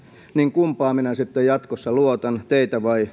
kumpaan minä sitten jatkossa luotan teihin vai